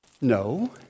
No